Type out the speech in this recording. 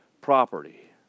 property